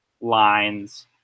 lines